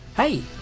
Hey